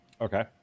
Okay